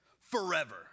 Forever